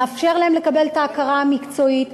נאפשר להם לקבל את ההכרה המקצועית,